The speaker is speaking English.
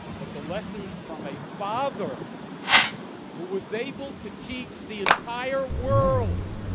but the lessons from a father who was able to teach the entire world.